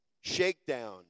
Shakedown